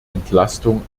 entlastung